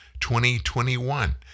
2021